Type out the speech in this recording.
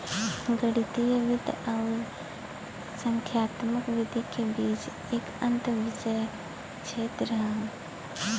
गणितीय वित्त आउर संख्यात्मक विधि के बीच एक अंतःविषय क्षेत्र हौ